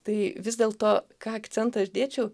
tai vis dėlto ką akcentą aš dėčiau